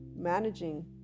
managing